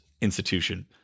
institution